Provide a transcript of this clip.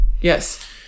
Yes